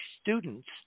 students